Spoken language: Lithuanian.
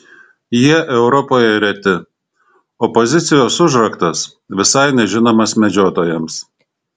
jie europoje reti o pozicijos užraktas visai nežinomas medžiotojams